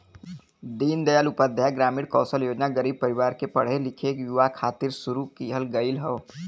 दीन दयाल उपाध्याय ग्रामीण कौशल योजना गरीब परिवार के पढ़े लिखे युवा खातिर शुरू किहल गयल हौ